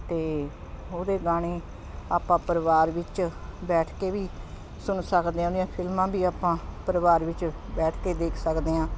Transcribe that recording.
ਅਤੇ ਉਹਦੇ ਗਾਣੇ ਆਪਾਂ ਪਰਿਵਾਰ ਵਿੱਚ ਬੈਠ ਕੇ ਵੀ ਸੁਣ ਸਕਦੇ ਹਾਂ ਉਹਦੀਆਂ ਫਿਲਮਾਂ ਵੀ ਆਪਾਂ ਪਰਿਵਾਰ ਵਿੱਚ ਬੈਠ ਕੇ ਦੇਖ ਸਕਦੇ ਹਾਂ